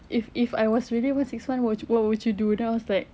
if if I was really one six one what what would you do then I was like